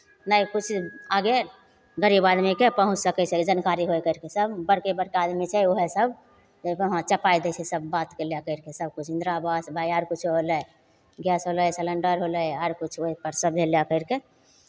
नहि किछु आगे गरीब आदमीकेँ पहुँच सकै छै जानकारी होइ करि कऽ सभ बड़के बड़का आदमी छै उएहसभ चपा दै सभ बातके लए करि कऽ सभकिछु इन्द्रा आवास भाइ आर किछु होलै गैस होलै सेलेण्डर होलै आर किछु ओहिपर सभे लए करि कऽ